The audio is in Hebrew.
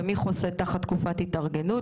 ומי חוסה תחת תקופת התארגנות?